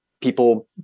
people